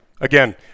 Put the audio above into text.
Again